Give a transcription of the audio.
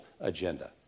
agenda